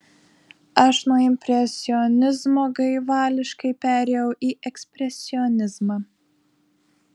aš nuo impresionizmo gaivališkai perėjau į ekspresionizmą